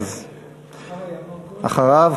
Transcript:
אז אחריו,